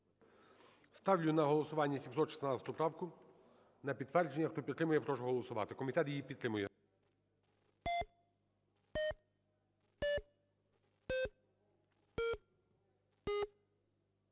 Ставлю на голосування 714 правку на підтвердження. Хто підтримує, я прошу голосувати. Комітет її підтримує.